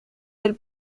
del